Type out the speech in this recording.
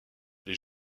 les